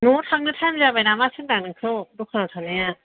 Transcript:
न'आव थांनो टाइम जाबाय नामासो होनदां नोंखौ दखानाव थानाया